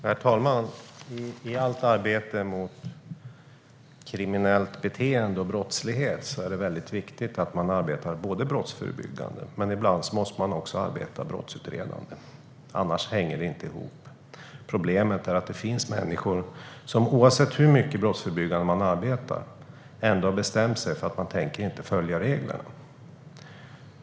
Herr talman! I allt arbete mot kriminellt beteende och brottslighet är det viktigt att arbeta brottsförebyggande, men ibland måste man också arbeta brottsutredande. Annars hänger det inte ihop. Problemet är att det finns människor som, oavsett hur mycket brottsförebyggande man arbetar ändå har bestämt sig för att de inte tänker följa reglerna.